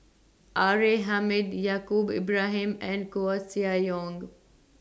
R A Hamid Yaacob Ibrahim and Koeh Sia Yong